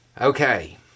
Okay